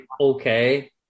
Okay